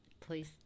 Please